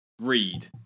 read